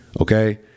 okay